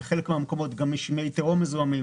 ובחלק מן המקומות יש גם מי תהום מזוהמים,